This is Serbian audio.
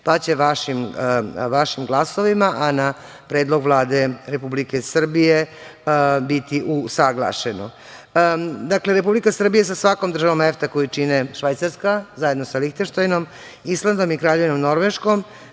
pa će vašim glasovima, a na predlog Vlade Republike Srbije, biti usaglašeno. Dakle, Republika Srbija je sa svakom državom EFTA, koju čine Švajcarska, zajedno sa Lihtenštajnom, Islandom i Kraljevinom Norveškom,